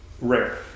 rare